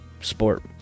sport